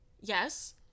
yes